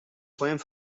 slim